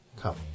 come